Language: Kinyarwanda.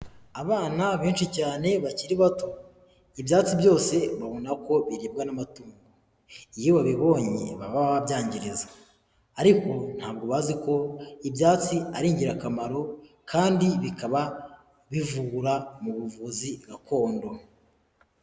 Abana benshi cyane bakiri bato, ibyatsi byose babona ko biribwa n'amatungo, iyo babibonye baba babyangiriza, ariko ntabwo bazi ko ibyatsi ari ingirakamaro, kandi bikaba bivura mu buvuzi gakondo.